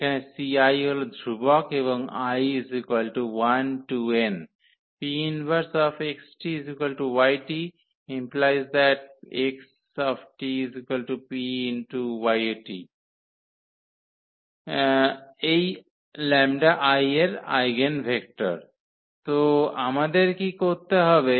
যেখানে Ci হল ধ্রুবক এবং i12n হল এই λi এর আইগেনভেক্টর তো আমাদের কী করতে হবে